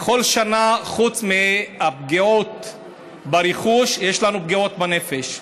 בכל שנה, חוץ מהפגיעות ברכוש, יש לנו פגיעות בנפש.